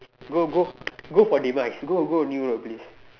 go go go for demise go go a new world please